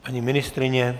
Paní ministryně?